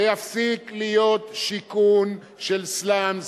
זה יפסיק להיות שיכון של סלאמס,